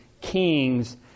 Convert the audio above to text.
kings